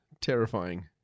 terrifying